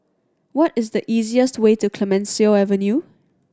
what is the easiest way to Clemenceau Avenue